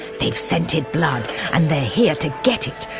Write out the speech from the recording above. they've scented blood and they're here to get it,